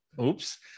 Oops